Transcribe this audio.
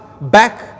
back